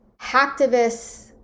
hacktivists